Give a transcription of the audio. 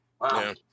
Wow